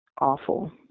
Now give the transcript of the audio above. awful